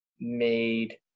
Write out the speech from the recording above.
made –